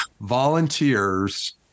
volunteers